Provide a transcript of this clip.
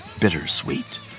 bittersweet